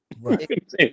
Right